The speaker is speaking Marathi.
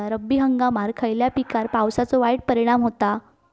रब्बी हंगामात खयल्या पिकार पावसाचो वाईट परिणाम होता?